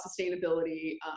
sustainability